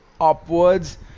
upwards